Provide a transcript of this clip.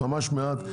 ממש מעט,